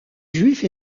juifs